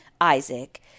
Isaac